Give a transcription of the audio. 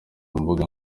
mbuga